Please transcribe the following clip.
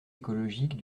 écologique